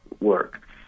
work